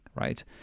right